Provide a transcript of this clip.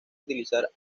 utilizar